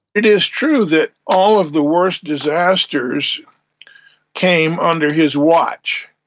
it is true that all of the worst disasters came under his watch.